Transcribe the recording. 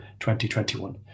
2021